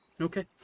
Okay